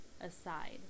aside